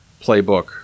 playbook